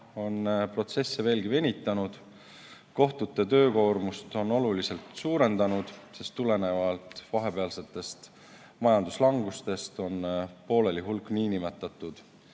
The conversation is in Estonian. on protsesse veelgi venitanud ja kohtute töökoormust oluliselt suurendanud, sest tulenevalt vahepealsest majanduslangusest on pooleli hulk nn